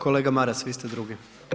Kolega Maras vi ste drugi.